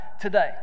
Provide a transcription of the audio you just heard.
today